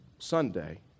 Sunday